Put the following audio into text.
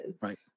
Right